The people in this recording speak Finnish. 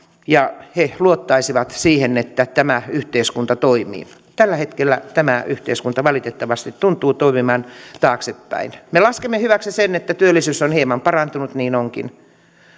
ja he luottaisivat siihen että tämä yhteiskunta toimii tällä hetkellä tämä yhteiskunta valitettavasti tuntuu toimivan taaksepäin me laskemme hyväksi sen että työllisyys on hieman parantunut niin onkin